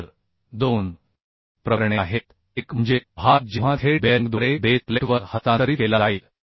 तर दोन प्रकरणे आहेत एक म्हणजे भार जेव्हा थेट बेअरिंगद्वारे बेस प्लेटवर हस्तांतरित केला जाईल